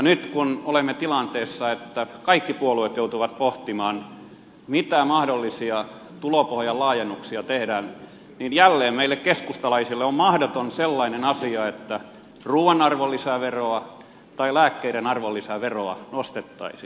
nyt kun olemme tilanteessa että kaikki puolueet joutuvat pohtimaan mitä mahdollisia tulopohjan laajennuksia tehdään niin jälleen meille keskustalaisille on mahdoton sellainen asia että ruoan arvonlisäveroa tai lääkkeiden arvonlisäveroa nostettaisiin